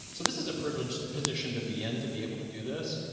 so this is a privileged position to be in to be able to do this.